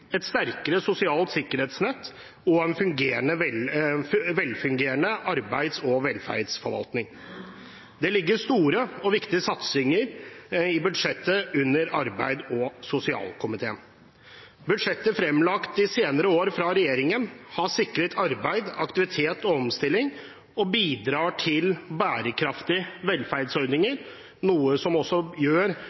et sterkere sosialt sikkerhetsnett og en velfungerende arbeids- og velferdsforvaltning. Det ligger store og viktige satsinger i budsjettet under arbeids- og sosialkomiteen. Budsjettet fremlagt de senere år fra regjeringen har sikret arbeid, aktivitet og omstilling og bidrar til bærekraftige velferdsordninger, noe som også gjør